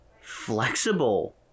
flexible